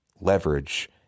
leverage